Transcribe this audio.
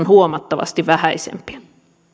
huomattavasti vähäisempiä